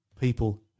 people